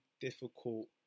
difficult